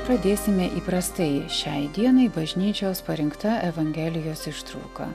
pradėsime įprastai šiai dienai bažnyčios parinkta evangelijos ištrauka